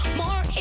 more